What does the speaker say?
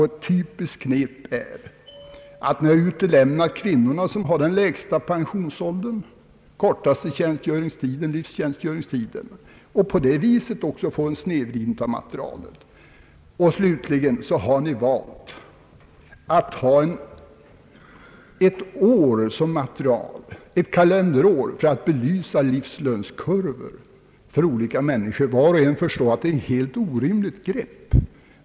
Ett typiskt knep är att kvinnorna utelämnats, de som har den lägsta pensionsåldern och kortaste livstjänstgöringstiden; också detta leder till en snedvridning av materialet. Slutligen har ett kalenderår valts som material då det gäller att belysa olika gruppers livslönskurvor. Var och en förstår att det är ett helt orimligt grepp.